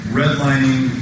redlining